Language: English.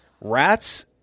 rats